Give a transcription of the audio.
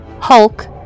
Hulk